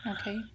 Okay